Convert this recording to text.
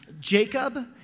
Jacob